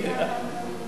לא.